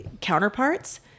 counterparts